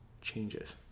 Changes